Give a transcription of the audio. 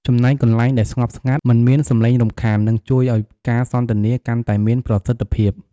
ចំណែកកន្លែងដែលស្ងប់ស្ងាត់ មិនមានសម្លេងរំខាន នឹងជួយឲ្យការសន្ទនាកាន់តែមានប្រសិទ្ធភាព។